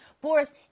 Boris